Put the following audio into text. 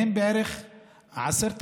מהם בערך 10,000,